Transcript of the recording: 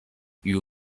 you